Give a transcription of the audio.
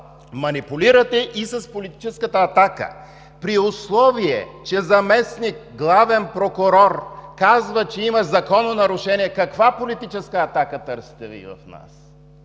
манипулирате и с политическата атака. При условие, че заместник-главен прокурор казва, че има закононарушение, каква политическа атака търсите от нас?